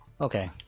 Okay